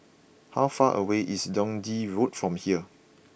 how far away is Dundee Road from here